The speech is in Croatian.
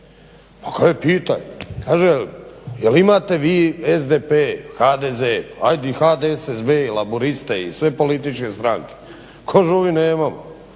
Hajde pitaj. Kaže je li imate vi SDP, HDZ, hajde i HDSSB i Laburiste i sve političke stranke? Kažu ovi nemamo.